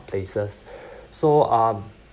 places so um